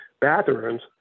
bathrooms